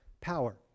power